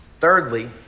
Thirdly